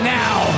now